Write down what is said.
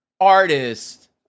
Artist